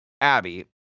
Abby